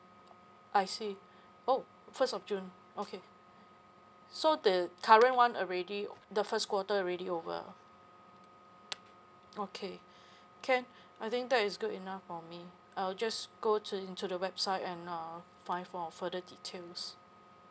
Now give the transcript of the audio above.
okay I see oh first of june okay so the current one already the first quarter already over okay can I think that is good enough for me I'll just go to into the website and uh find for further details